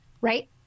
Right